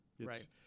Right